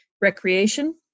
recreation